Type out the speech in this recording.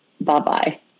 Bye-bye